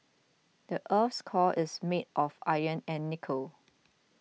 the earth's core is made of iron and nickel